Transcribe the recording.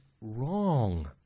wrong